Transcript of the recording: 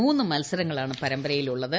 മൂന്ന് മത്സരങ്ങളാണ് പരമ്പരയിൽ ഉള്ളത്